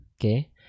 Okay